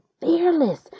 fearless